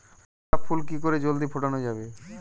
গোলাপ ফুল কি করে জলদি ফোটানো যাবে?